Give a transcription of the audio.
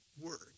word